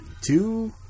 two